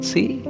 See